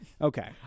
okay